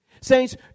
Saints